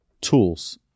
tools